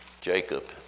Jacob